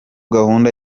gahunda